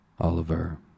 Oliver